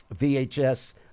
VHS